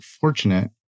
fortunate